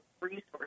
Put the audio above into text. resources